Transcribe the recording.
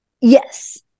Yes